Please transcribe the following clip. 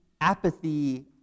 apathy